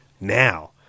now